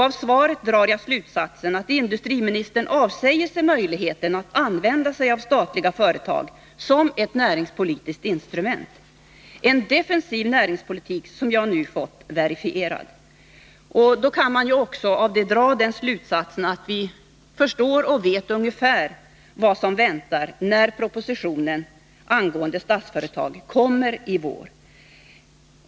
Av svaret drar jag slutsatsen att industriministern avhänder sig möjligheten att använda sig av statliga företag som ett näringspolitiskt instrument. Det är en defensiv näringspolitik, som jag nu har fått verifierad. Av det kan man också dra slutsatsen att vi vet ungefär vad som väntar när propositionen om Statsföretag kommer i vår.